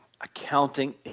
Accounting